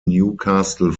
newcastle